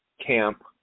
camp